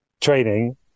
training